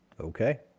okay